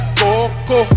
coco